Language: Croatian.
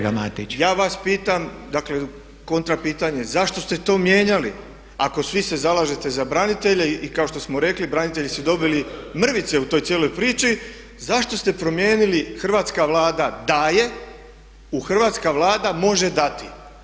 Ja vas pitam dakle kontra pitanje zašto ste to mijenjali ako svi se zalažete za branitelje i kao što smo rekli branitelji su dobili mrvice u toj cijeloj priči zašto ste promijenili hrvatska Vlada daje u hrvatska Vlada može dati.